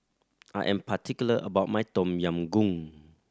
I am particular about my Tom Yam Goong